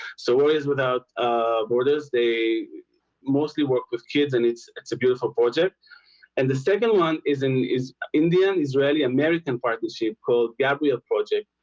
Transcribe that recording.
so whereas without ah borders they mostly work with kids and it's it's a beautiful project and the second one is in is indian israeli-american partnership called gabriel project,